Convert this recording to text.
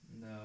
No